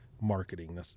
marketing